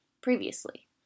previously